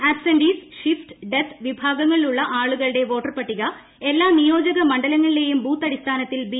absentees shift death വിഭാഗത്തിലുളള ആളുകളുടെ voter പട്ടിക നിയോജകമണ്ഡലങ്ങളിലെയും ബൂത്തടിസ്ഥാനത്തിൽ ബി